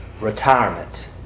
Retirement